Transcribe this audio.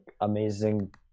amazing